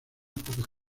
pocas